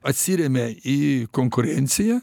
atsiremia į konkurenciją